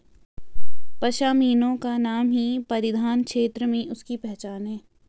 पशमीना का नाम ही परिधान क्षेत्र में उसकी पहचान है